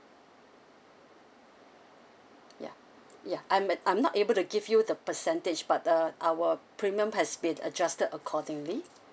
ya ya I'm at I'm not able to give you the percentage but uh our premium has been adjusted accordingly